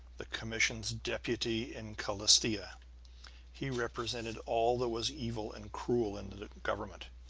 the commission's deputy in calastia he represented all that was evil and cruel in the government.